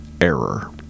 error